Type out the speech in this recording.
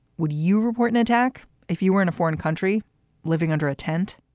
would you report an attack if you were in a foreign country living under a tent?